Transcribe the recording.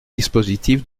dispositif